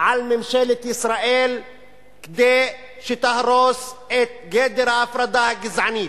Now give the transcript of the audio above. על ממשלת ישראל כדי שתהרוס את גדר ההפרדה הגזענית,